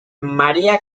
maría